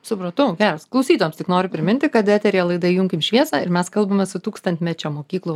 supratau geras klausytojams tik noriu priminti kad eteryje laida įjunkim šviesą ir mes kalbamės su tūkstantmečio mokyklų